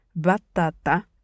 batata